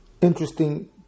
interesting